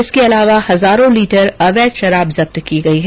इसके अलावा हजारों लीटर अवैध शराब जब्त की गई है